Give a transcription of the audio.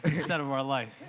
ah set of our life.